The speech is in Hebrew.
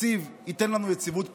התקציב ייתן לנו יציבות פוליטית.